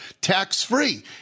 tax-free